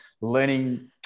learning